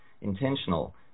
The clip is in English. intentional